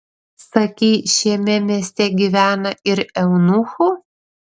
sakei šiame mieste gyvena ir eunuchų